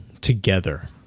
together